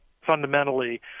fundamentally